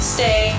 Stay